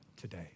today